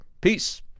peace